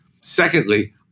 Secondly